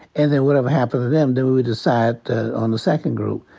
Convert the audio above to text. and then whatever happened to them then we'd decide on the second group.